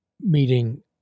meeting